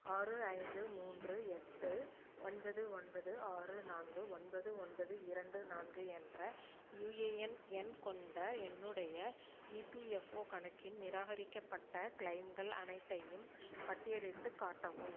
ஆறு ஐந்து மூன்று எட்டு ஒன்பது ஒன்பது ஆறு நான்கு ஒன்பது ஒன்பது இரண்டு நான்கு என்ற யுஏஎன் எண் கொண்ட என்னுடைய இபிஎஃப்ஓ கணக்கின் நிராகரிக்கப்பட்ட கிளெய்ம்கள் அனைத்தையும் பட்டியலிட்டுக் காட்டவும்